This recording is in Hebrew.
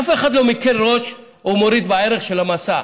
אף אחד לא מקל ראש או מוריד בערך המסע.